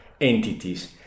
entities